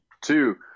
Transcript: two